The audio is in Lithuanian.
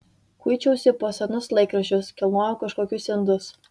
kuičiausi po senus laikraščius kilnojau kažkokius indus